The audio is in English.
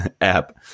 app